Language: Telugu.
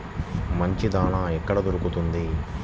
మంచి దాణా ఎక్కడ దొరుకుతుంది?